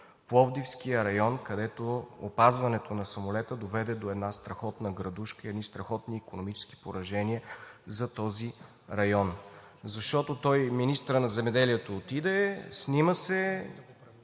пловдивския район, където опазването на самолета доведе до една страхотна градушка и икономически поражения за този район? Защото министърът на земеделието отиде, снима се